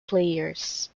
players